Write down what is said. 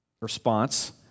response